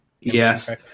Yes